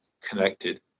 connected